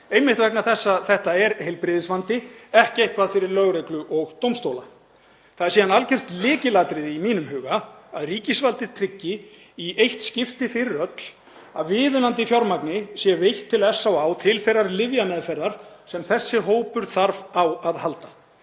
einmitt vegna þess að þetta er heilbrigðisvandi, ekki eitthvað fyrir lögreglu og dómstóla. Það er síðan algjört lykilatriði í mínum huga að ríkisvaldið tryggi í eitt skipti fyrir öll að viðunandi fjármagn sé veitt til SÁÁ til þeirrar lyfjameðferðar sem þessi hópur þarf á að halda.